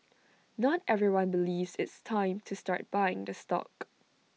not everyone believes it's time to start buying the stock